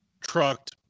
trucked